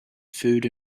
food